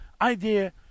idea